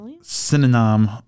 synonym